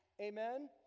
Amen